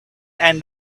and